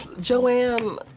Joanne